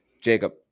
Jacob